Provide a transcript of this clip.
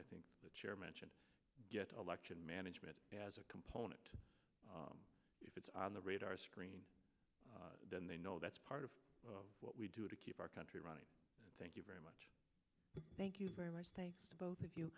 i think the chair mentioned get election management as a component if it's on the radar screen and they know that's part of what we do to keep our country running thank you very much thank you very much thanks to both of you